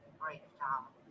breakdown